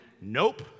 Nope